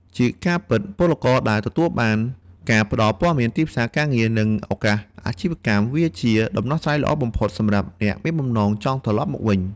ជាការពិតពលករដែលទទួលបានការផ្តល់ព័ត៌មានទីផ្សារការងារ និងឱកាសអាជីវកម្ម វាជាដំណោះស្រាយល្អបំផុតសម្រាប់អ្នកមានបំណងចង់ត្រឡប់មកវិញ។